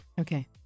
okay